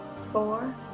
four